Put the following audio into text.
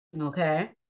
Okay